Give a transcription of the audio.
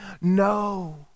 No